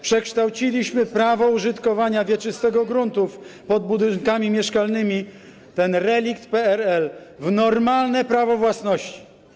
Przekształciliśmy prawo użytkowania wieczystego gruntów pod budynkami mieszkalnymi, ten relikt PRL, w normalne prawo własności.